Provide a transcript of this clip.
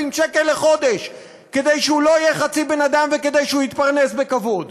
שקל לחודש כדי שהוא לא יהיה חצי בן-אדם וכדי שהוא יתפרנס בכבוד.